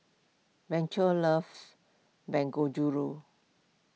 Blanche loves Dangojiru